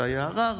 והיה ערר,